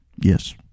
Yes